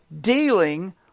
dealing